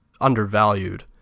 undervalued